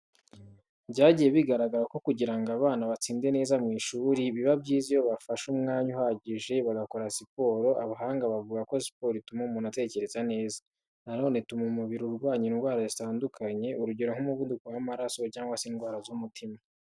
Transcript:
Byagiye bigaragara ko kugira ngo abana batsinde neza mu ishuri, biba byiza iyo bafashe umwanya uhagije bagakora siporo. Abahanga bavuga ko siporo ituma umuntu atekereza neza. Na none ituma umubiri urwanya indwara zitandukanye, urugero nk'umuvuduko w'amaraso cyangwa se indwara z'umutima.